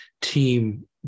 team